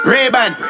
Ray-Ban